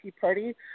party